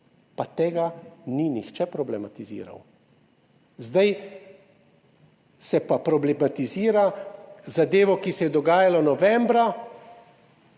pa tega ni nihče problematiziral, zdaj se pa problematizira zadevo, ki se je dogajala novembra,